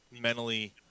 mentally